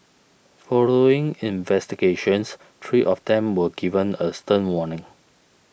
following investigations three of them were given a stern warning